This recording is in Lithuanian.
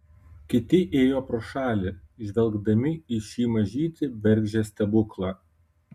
kiti ėjo pro šalį žvelgdami į šį mažytį bergždžią stebuklą